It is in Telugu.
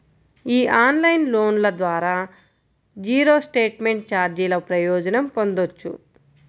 ఈ ఆన్లైన్ లోన్ల ద్వారా జీరో స్టేట్మెంట్ ఛార్జీల ప్రయోజనం పొందొచ్చు